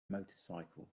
motorcycle